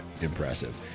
impressive